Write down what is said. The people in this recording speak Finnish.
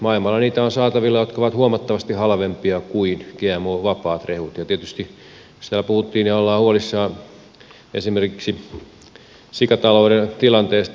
maailmalla niitä on saatavilla ja ne ovat huomattavasti halvempia kuin gmo vapaat rehut ja tietysti siellä puhuttiin ja ollaan huolissaan esimerkiksi sikatalouden tilanteesta